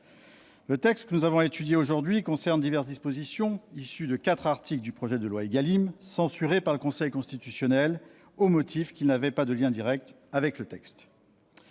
le texte que nous avons à étudier aujourd'hui concerne diverses dispositions, issues de quatre articles du projet de loi Égalim censurés par le Conseil constitutionnel, au motif qu'ils n'avaient pas de lien direct avec le texte.